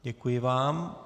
Děkuji vám.